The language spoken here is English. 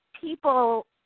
people